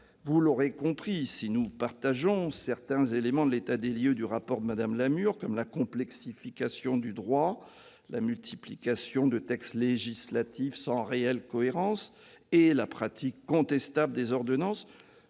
vous l'aurez compris, si nous souscrivons à certains éléments de l'état des lieux dressé par Mme Lamure, comme la complexification du droit, la multiplication de textes législatifs sans réelle cohérence et la pratique contestable des ordonnances,